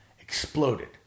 exploded